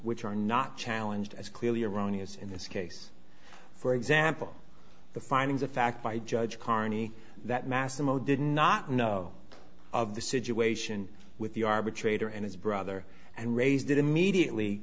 which are not challenged as clearly erroneous in this case for example the findings of fact by judge carney that massimo did not know of the situation with the arbitrator and his brother and raised it immediately